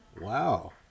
Wow